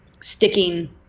sticking